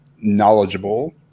knowledgeable